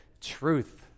truth